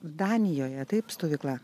danijoje taip stovykla